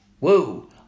WOO